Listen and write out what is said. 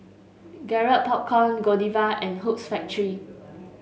Garrett Popcorn Godiva and Hoops Factory